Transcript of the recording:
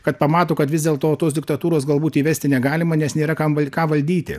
kad pamato kad vis dėl to tos diktatūros galbūt įvesti negalima nes nėra kam ką valdyti